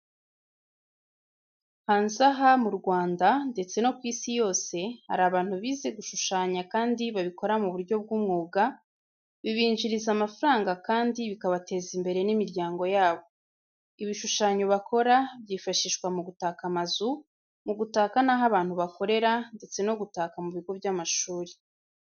Hanze aha mu Rwanda ndetse no kw'isi yose hari abantu bize gushushanya kandi babikora muburyo bw'umwuga, bibinjiriza amafranga kandi bikabateza imbere n'imiryango yabo, ibishushanyo bakora byifashijwa mugutaka amazu, mugutaka naho abantu bakorera, ndetse no gutaka mubigo by'amashuri.